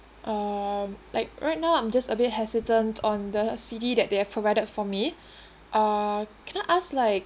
err like right now I'm just a bit hesitant on the city that they have provided for me uh can I ask like